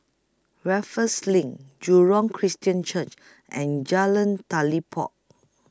Raffles LINK Jurong Christian Church and Jalan Telipok